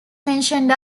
mentioned